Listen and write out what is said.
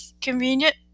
Convenient